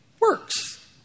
works